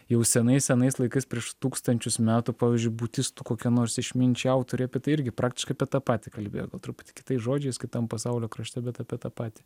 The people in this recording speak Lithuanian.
jau senais senais laikais prieš tūkstančius metų pavyzdžiui budistų kokia nors išminčių autorė apie tai irgi praktiškai tą patį kalbėjo truputį kitais žodžiais kitam pasaulio krašte bet apie tą patį